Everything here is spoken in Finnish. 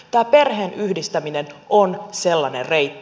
tämä perheenyhdistäminen on sellainen reitti